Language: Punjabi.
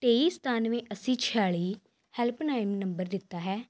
ਤੇਈ ਸਤਾਨਵੇਂ ਅੱਸੀ ਛਿਆਲ਼ੀ ਹੈਲਪ ਲਾਈਨ ਨੰਬਰ ਦਿੱਤਾ ਹੈ